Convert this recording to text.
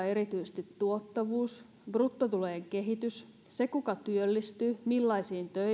erityisesti tuottavuus bruttotulojen kehitys se kuka työllistyy millaisiin